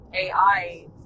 AI